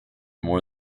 more